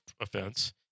offense